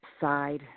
side